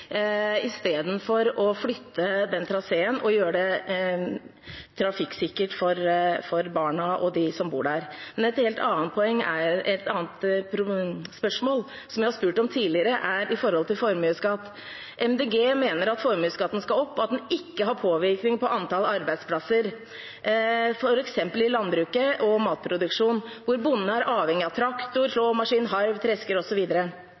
istedenfor å flytte den traseen og gjøre det trafikksikkert for barna og de som bor der. Et annet spørsmål, som jeg har stilt tidligere, gjelder formuesskatt. Miljøpartiet De Grønne mener at formuesskatten skal opp, og at den ikke har påvirkning på antallet arbeidsplasser, f.eks. i landbruket og i matproduksjonen, hvor bonden er avhengig av traktor,